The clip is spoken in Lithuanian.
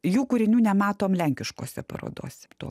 jų kūrinių nematom lenkiškose parodose tuo